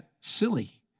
silly